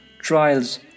trials